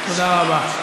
תודה רבה.